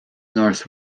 north